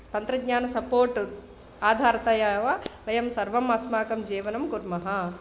तन्त्रज्ञान सपोर्ट् आधारतया एव वयं सर्वम् अस्माकं जीवनं कुर्मः